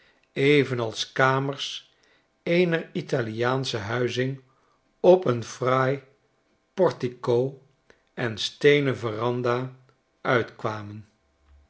evenals kamers eener italiaansche huizing op een fraai portico en steenen veranda uitkwamen